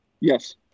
Yes